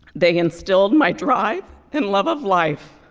they instilled my drive and love of life.